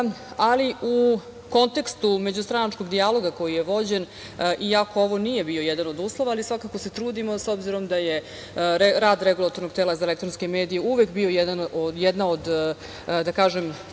ali u kontekstu međustranačkog dijaloga koji je vođen, iako ovo nije bio jedan od uslova, ali svakako se trudimo, s obzirom da je rad REM-a uvek bio jedna od, da kažem,